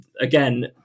again